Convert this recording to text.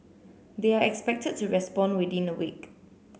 they are expected to respond within a week